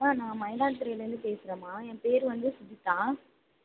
ஆ நான் மயிலாடுதுரைலருந்து பேசுகிறேன்மா என் பேர் வந்து சுஜிதா